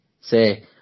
say